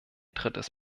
drittes